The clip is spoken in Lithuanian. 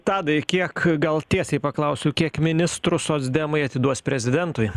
tadai kiek gal tiesiai paklausiu kiek ministrų socdemai atiduos prezidentui